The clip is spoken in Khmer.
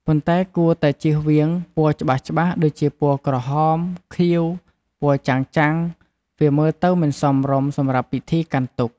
ប៉ុន្តែគួរតែជៀសវាងពណ៌ច្បាស់ៗដូចជាពណ៌ក្រហម ខៀវ ពណ៍ចាំងៗ វាមើលទៅមិនសមរម្យសម្រាប់ពិធីកាន់ទុក្ខ។